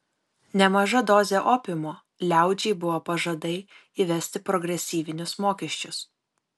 nemaža dozė opiumo liaudžiai buvo pažadai įvesti progresyvinius mokesčius